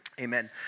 Amen